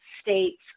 states